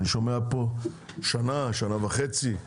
אני שומע פה שנה-שנה וחצי,